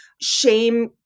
Shame